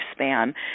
lifespan